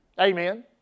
Amen